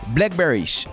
Blackberries